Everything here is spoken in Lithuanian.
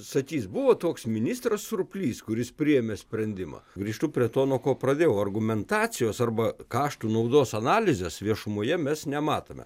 sakys buvo toks ministras surplys kuris priėmė sprendimą grįžtu prie to nuo ko pradėjau argumentacijos arba kaštų naudos analizės viešumoje mes nematome